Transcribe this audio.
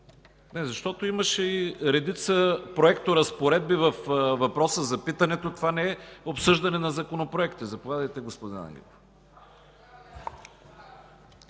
Не, защото имаше редица проекторазпоредби във въпроса за питането. Това не е обсъждане на законопроекти. Заповядайте, господин Ангелов.